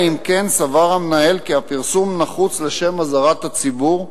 אם כן סבר המנהל כי הפרסום נחוץ לשם אזהרת הציבור,